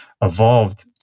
evolved